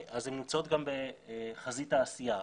אז הן נמצאות גם בחזית העשייה.